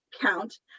count